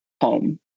home